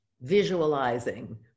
visualizing